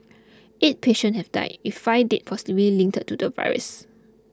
eight patients have died with five deaths possibly linked to the virus